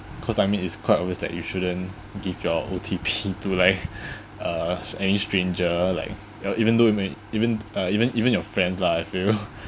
cause I mean it's quite obvious that you shouldn't give your O_T_P to like uh s~ any stranger like uh even though it may even uh even even your friend lah I feel